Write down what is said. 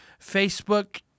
Facebook